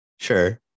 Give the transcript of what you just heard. Sure